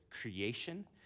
creation